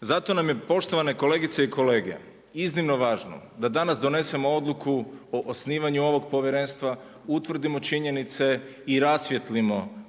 Zato nam je poštovane kolegice i kolege, iznimno važno da danas donesemo odluku o osnivanju ovog povjerenstva, utvrdimo činjenice i rasvijetlimo što se